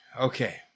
Okay